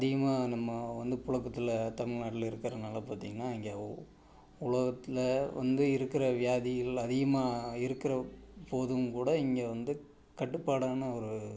அதிகமாக நம்ம வந்து புழக்கத்தில் தமிழ்நாட்டில் இருக்கிறனால பார்த்திங்கன்னா இங்கே உலகத்தில் வந்து இருக்கிற வியாதிகள் அதிகமாக இருக்கிற போதும் கூட இங்கே வந்து கட்டுப்பாடான ஒரு